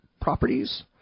properties